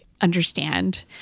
understand